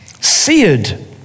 Seared